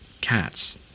cats